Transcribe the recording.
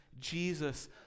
Jesus